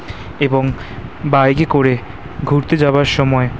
এবং বাইকে করে ঘুরতে যাবার সময়